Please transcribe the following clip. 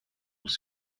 els